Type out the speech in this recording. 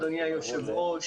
אדוני היושב-ראש,